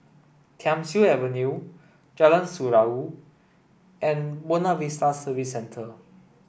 Thiam Siew Avenue Jalan Surau and Buona Vista Service Centre